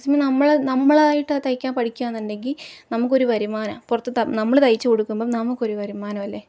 maxima നമ്മൾ നമ്മളായിട്ടത് തയ്ക്കാൻ പഠിക്കുകയാണെന്നുണ്ടെങ്കിൽ നമുക്കൊരു വരുമാനാ പുറത്ത് നമ്മൾ തയ്ച്ച് കൊടുക്കുമ്പം നമുക്കൊരു വരുമാനം അല്ലേ